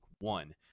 one